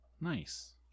nice